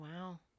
wow